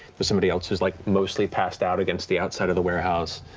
but somebody else who's like mostly passed out against the outside of the warehouse.